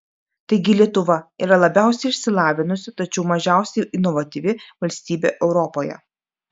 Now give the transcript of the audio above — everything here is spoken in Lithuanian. taigi lietuva yra labiausiai išsilavinusi tačiau mažiausiai inovatyvi valstybė europoje